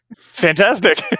Fantastic